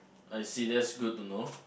I see that's good to know